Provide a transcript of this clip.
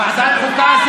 ועדת החוקה?